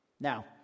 Now